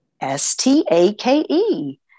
S-T-A-K-E